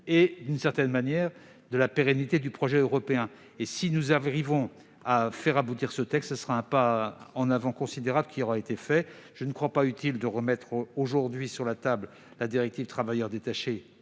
et, d'une certaine manière, de la pérennité du projet européen. Si nous arrivons à faire aboutir ce texte, nous aurons fait un pas en avant considérable. Je ne pense pas utile de remettre aujourd'hui sur la table la directive sur les travailleurs détachés,